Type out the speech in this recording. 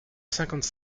cinquante